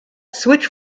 switch